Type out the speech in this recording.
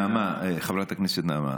חברת הכנסת נעמה,